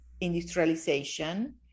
industrialization